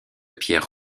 pierre